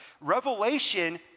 Revelation